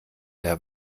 der